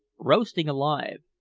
roastings alive,